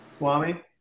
Swami